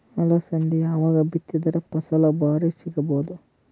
ಅಲಸಂದಿ ಯಾವಾಗ ಬಿತ್ತಿದರ ಫಸಲ ಭಾರಿ ಸಿಗಭೂದು?